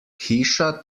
hiša